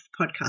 podcast